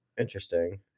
Interesting